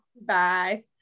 Bye